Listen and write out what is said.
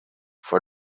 for